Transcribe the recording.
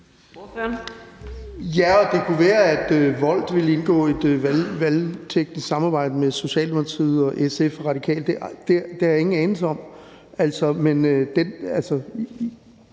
Ja, og det kunne være, at Volt ville indgå et valgteknisk samarbejde med Socialdemokratiet og SF og Radikale. Det har jeg ingen anelse om.